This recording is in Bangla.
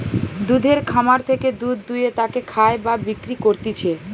দুধের খামার থেকে দুধ দুয়ে তাকে খায় বা বিক্রি করতিছে